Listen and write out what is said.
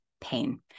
pain